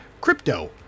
crypto